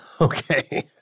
Okay